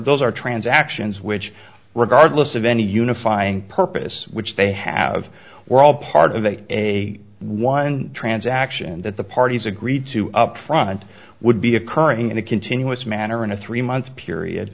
those are transactions which regardless of any unifying purpose which they have were all part of a one transaction that the parties agreed to upfront would be occurring in a continuous manner in a three month period